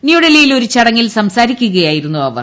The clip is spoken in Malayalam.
ന്യൂഡൽഹിയിൽ ഒരു ചടങ്ങിൽ സംസാരിക്കുകയായിരുന്നു അവർ